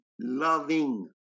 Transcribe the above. loving